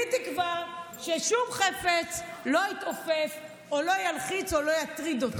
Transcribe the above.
כולי תקווה ששום חפץ לא יתעופף או לא ילחיץ או לא יטריד אותו,